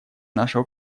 нашего